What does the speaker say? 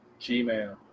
Gmail